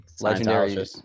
legendary